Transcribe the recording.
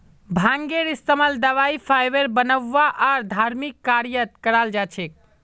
भांगेर इस्तमाल दवाई फाइबर बनव्वा आर धर्मिक कार्यत कराल जा छेक